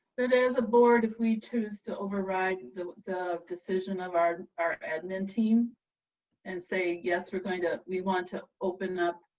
as a board if we choose to override the decision of our our admin team and say, yes, we're going to we want to open up